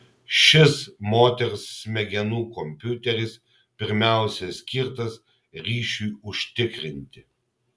šis moters smegenų kompiuteris pirmiausia skirtas ryšiui užtikrinti